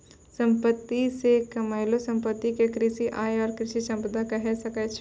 खेती से कमैलो संपत्ति क कृषि आय या कृषि संपदा कहे सकै छो